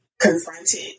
confronted